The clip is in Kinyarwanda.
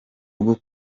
rwo